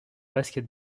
basket